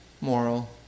moral